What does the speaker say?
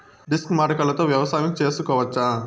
Disc మడకలతో వ్యవసాయం చేసుకోవచ్చా??